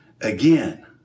again